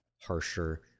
harsher